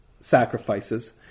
sacrifices